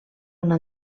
una